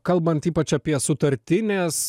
kalbant ypač apie sutartines